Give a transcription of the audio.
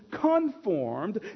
conformed